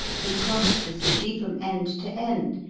he crossed the city from end to end,